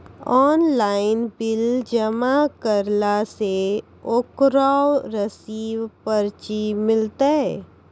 Online bill जमा करला से ओकरौ रिसीव पर्ची मिलतै?